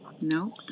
No